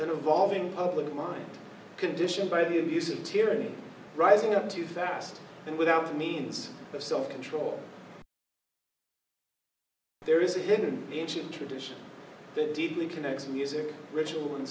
valving public mind conditioned by the abusive tyranny rising up too fast and without the means of self control there is a hidden engine tradition that deeply connects music ritual